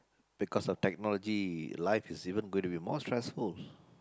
because the technology life is going to be more stressful